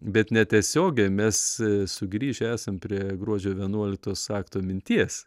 bet netiesiogiai mes sugrįžę esam prie gruodžio vienuoliktos akto minties